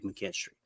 McKinstry